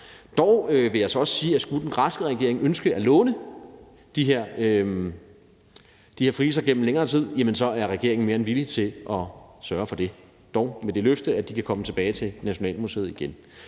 Dog vil jeg så også sige, at skulle den græske regering ønske at låne de her friser gennem længere tid, er regeringen mere end villig til at sørge for det – dog med et løfte om, at de kan komme tilbage til Nationalmuseet igen.